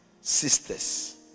sisters